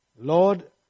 Lord